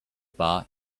bar